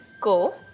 Go